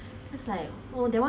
cause I too stressful already